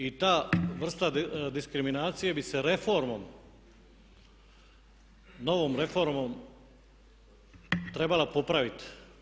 I ta vrsta diskriminacije bi se reformom, novom reformom trebala popravit.